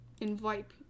Invite